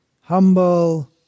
humble